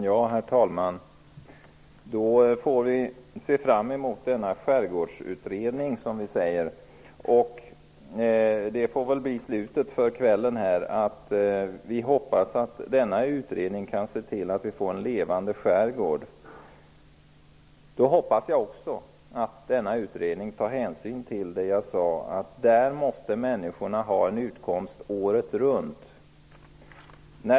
Herr talman! Då får vi se fram mot resultatet av den skärgårdsutredningen. Jag får väl avsluta kvällens debatt med att säga att jag hoppas att denna utredning kan se till att vi får en levande skärgård. Jag hoppas att utredningen också tar hänsyn till det jag sade, nämligen att människorna där måste ha en utkomst året runt.